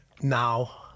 Now